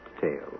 tale